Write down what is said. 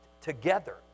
together